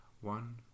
one